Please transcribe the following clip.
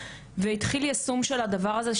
והתחיל יישום של הדבר הזה,